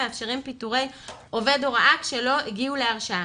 המאפשרים פיטורי עובד הוראה כשלא הגיעו להרשעה.